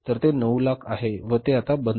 तर हे 900000 आहे व ते आता बंद करा